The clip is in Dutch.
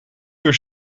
uur